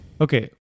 Okay